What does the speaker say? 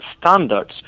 standards